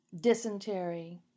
dysentery